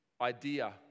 idea